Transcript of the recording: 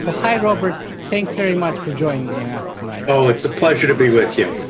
ah hi robert. thanks very much for joining and and us tonight. oh, it's a pleasure to be with you.